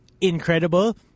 incredible